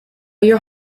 your